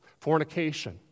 fornication